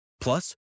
Plus